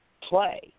play